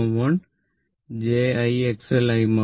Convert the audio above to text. ഇത് j I XL ആയി മാറും